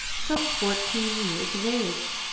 some fourteen years of age.